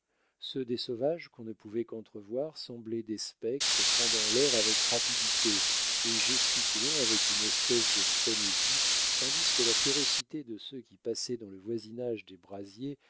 ceux des sauvages qu'on ne pouvait qu'entrevoir semblaient des spectres fendant l'air avec rapidité et gesticulant avec une espèce de frénésie tandis que la férocité de ceux qui passaient dans le voisinage des brasiers